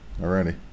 already